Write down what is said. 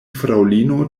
fraŭlino